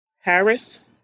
Harris